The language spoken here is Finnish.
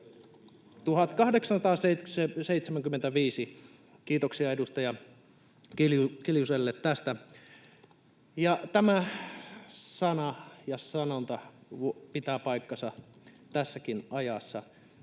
—1875, kiitoksia edustaja Kiljuselle tästä — ja tämä sana ja sanonta pitää paikkansa tässäkin ajassa.